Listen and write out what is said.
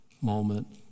moment